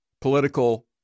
political